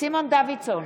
סימון דוידסון,